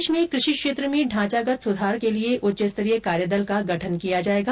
देश में कृषि क्षेत्र में ढांचा गत सुधार के लिए उच्च स्तरीय कार्यदल का गठन किया जाएगा